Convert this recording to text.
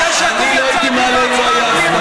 אני לא הייתי מעלה אם לא היו הסכמות.